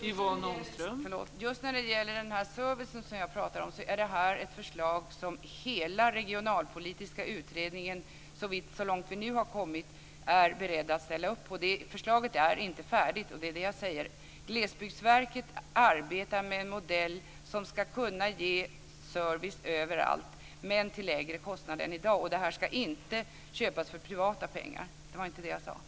Fru talman! När det gäller den service som jag pratade om vill jag säga att detta är ett förslag som hela den regionalpolitiska utredningen, så långt vi nu har kommit, är beredd att ställa upp på. Förslaget är inte färdigt. Glesbygdsverket arbetar med en modell som ska kunna ge service överallt till lägre kostnad än i dag. Detta ska inte köpas för privata pengar. Det sade jag inte.